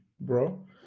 bro